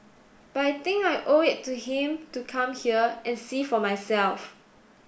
but I think I owe it to him to come here and see for myself